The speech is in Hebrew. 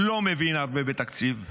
לא מבין הרבה בתקציב,